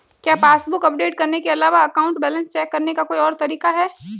क्या passbook update करने के अलावा अकाउंट बैलेंस चेक करने का कोई और तरीका है?